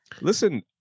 Listen